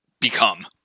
become